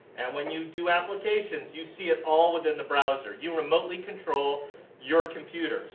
when you do applications you see it all within the browser. you remotely control your computer.